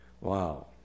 Wow